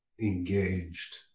engaged